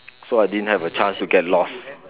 so I didn't have a chance to get lost